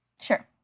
Sure